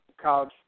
college